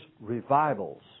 revivals